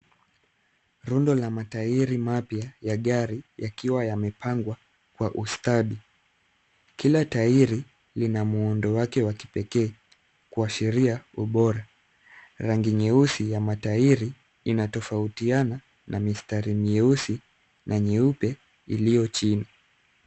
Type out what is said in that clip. Rundo la matairi mapya ya gari yakiwa yamepangwa kwa ustadi. Kila tairi lina muundo wake wa kipee kuashiria ubora. Rangi nyeusi ya matairi inatofautiana na mistari mieusi na mieupe iliyo chini.